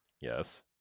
Yes